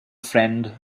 friend